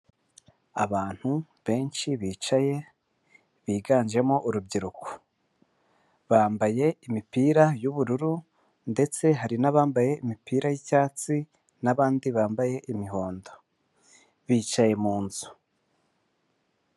Abantu benshi bicaye biganjemo urubyiruko, bambaye imipira y'ubururu ndetse hari n'abambaye imipira y'icyatsi n'abandi bambaye imihondo bicaye munzu.